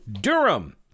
Durham